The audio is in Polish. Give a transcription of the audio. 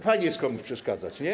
Fajnie jest komuś przeszkadzać, nie?